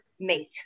mate